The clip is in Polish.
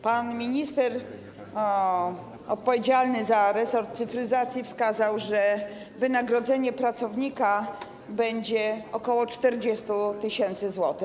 Pan minister odpowiedzialny za resort cyfryzacji wskazał, że wynagrodzenie pracownika będzie wynosić ok. 40 tys. zł.